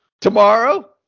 Tomorrow